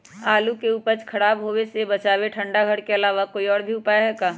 आलू के उपज के खराब होवे से बचाबे ठंडा घर के अलावा कोई और भी उपाय है का?